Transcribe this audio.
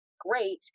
great